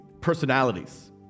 personalities